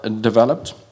developed